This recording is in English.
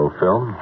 film